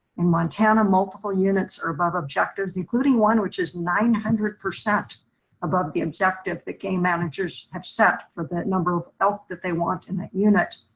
in montana multiple units are above objectives, including one which is nine hundred percent above the objective that game managers have set for that number of elk that they want in that unit.